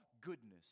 goodness